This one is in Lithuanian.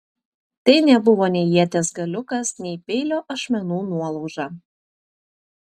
tai nebuvo nei ieties galiukas nei peilio ašmenų nuolauža